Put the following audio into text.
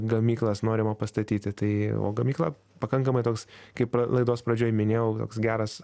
gamyklas norima pastatyti tai o gamykla pakankamai toks kaip la laidos pradžioj minėjau toks geras